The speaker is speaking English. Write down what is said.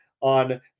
on